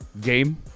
game